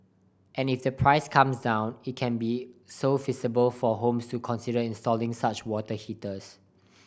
and if the price comes down it can be so feasible for homes to consider installing such water heaters